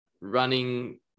running